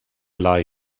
lie